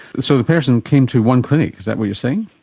so the person came to one clinic, is that what you're saying?